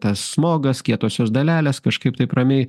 tas smogas kietosios dalelės kažkaip taip ramiai